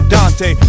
Dante